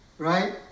Right